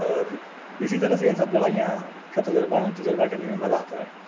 اور اسی طرح سے یہ سب لڑائیاں کا تجربہ تجربہ کرنے میں مزہ آتا ہے